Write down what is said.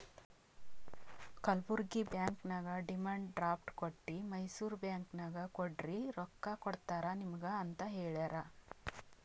Kalburgi bank ನಾಗ್ demand draft ಕೊಟ್ಟಿ Mysore bank ನಾಗ್ ಕೊಡ್ರಿ ರೊಕ್ಕಾ ಕೊಡ್ತಾರ ನಿಮುಗ ಅಂತ್ ಹೇಳ್ಯಾರ್